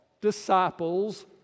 disciples